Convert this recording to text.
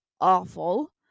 awful